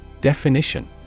Definition